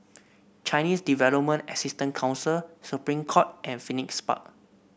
Chinese Development Assistance Council Supreme Court and Phoenix Park